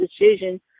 decision